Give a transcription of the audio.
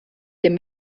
dem